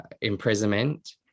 imprisonment